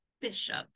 bishop